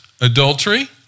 adultery